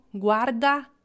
guarda